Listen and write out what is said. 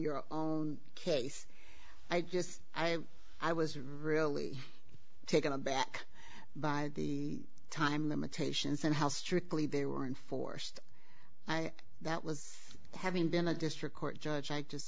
your own case i just i i was really taken aback by the time limitations and how strictly they were enforced and that was having been a district court judge i just